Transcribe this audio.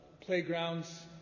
playgrounds